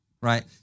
right